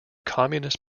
communist